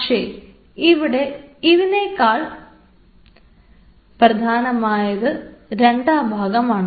പക്ഷേ ഇവിടെ ഇതിനേക്കാൾ പ്രധാനമായത് രണ്ടാം ഭാഗമാണ്